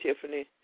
Tiffany